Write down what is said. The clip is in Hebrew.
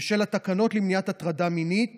ושל התקנות למניעת הטרדה מינית